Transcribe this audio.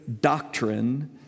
doctrine